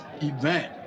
event